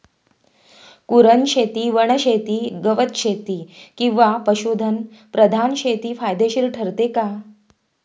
कुरणशेती, वनशेती, गवतशेती किंवा पशुधन प्रधान शेती फायदेशीर ठरते का?